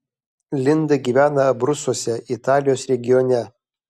linda gyvena abrucuose italijos regione